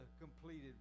completed